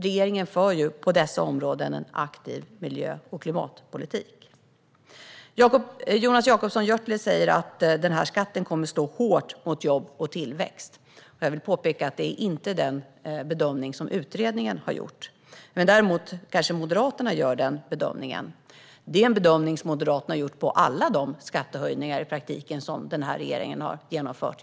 Regeringen för på dessa områden en aktiv miljö och klimatpolitik. Jonas Jacobsson Gjörtler säger att skatten kommer att slå hårt mot jobb och tillväxt. Jag vill påpeka att det inte är den bedömning som utredningen har gjort. Däremot kanske Moderaterna gör den bedömningen. Det är en bedömning som Moderaterna har gjort på i praktiken alla de skattehöjningar som regeringen har infört.